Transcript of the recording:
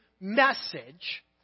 message